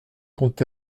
quand